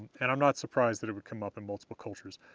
and i'm not surprised that it would come up in multiple cultures,